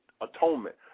Atonement